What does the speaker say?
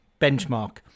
benchmark